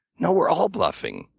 no, we're all bluffing.